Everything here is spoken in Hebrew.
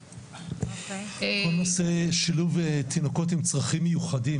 כל נושא שילוב תינוקות עם צרכים מיוחדים,